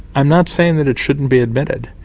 i'm not saying that it shouldn't be admitted,